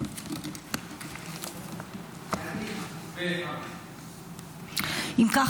אם כך,